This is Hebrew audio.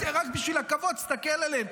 רק בשביל הכבוד תסתכל אליהם,